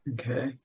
Okay